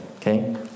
Okay